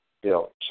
built